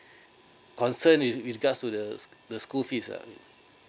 concern with with regards to the the school fees ah